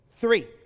Three